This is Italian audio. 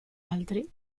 altri